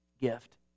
gift